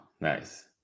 nice